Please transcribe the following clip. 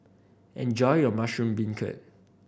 enjoy your mushroom beancurd